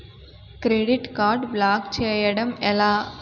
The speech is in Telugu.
క్రెడిట్ కార్డ్ బ్లాక్ చేయడం ఎలా?